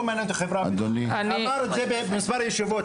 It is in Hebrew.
הוא אמר את זה במספר ישיבות.